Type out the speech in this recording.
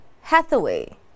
hathaway